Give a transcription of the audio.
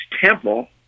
temple